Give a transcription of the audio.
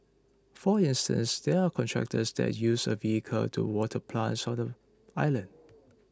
for instance there are contractors that use a vehicle to water plants on them island